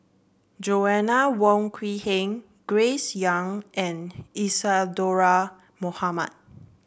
Joanna Wong Quee Heng Grace Young and Isadhora Mohamed